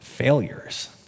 failures